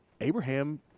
Abraham